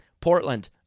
Portland